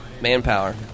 manpower